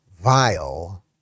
vile